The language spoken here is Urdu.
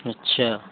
اچھا